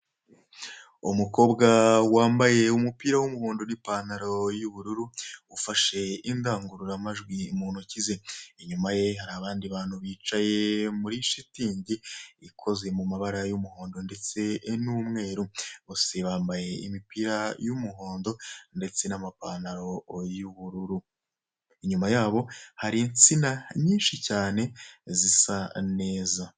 Umukobwa wambaye umupira w'umuhondo n'ipantalo y'ubururu ufashe indangururamajwi mu ntoki ze. Inyuma ye hari abandi bantu bicaye muri shitingi ikozwe mu mabara y'umuhondo ndetse n'umweru, bose bambaye imipira y'umuhondo ndetse n'amapantalo y'ubururu, inyuma yabo hari insina nyinshi cyane zisa neza.